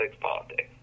politics